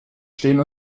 stehen